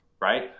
Right